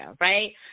right